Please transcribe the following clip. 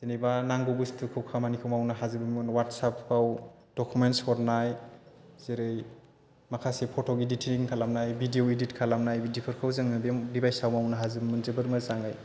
जेन'बा नांगौ बुस्थुखौ खामानिखौ मावनो हाजोबोमोन अवाटसआपबाव दखमेन्टस हरनाय जेरै माखासे फटक इदिथिं खालामनाय भिदिअ इदिद खालामनाय बिदिफोरखौ जोङो बे दिभाइसआव मावनो हाजोबोमोन जोबोर मोजाङै